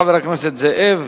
חבר הכנסת נסים זאב.